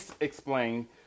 explain